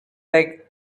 like